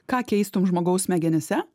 ką keistum žmogaus smegenyse